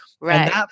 Right